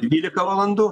dvylika valandų